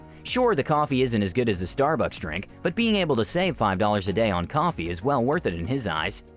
sure, the coffee isn't as good as a starbucks drink but being able to save five dollars a day on coffee is well worth it in his eyes.